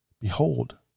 behold